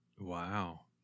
Wow